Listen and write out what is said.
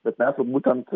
bet mes vat būtent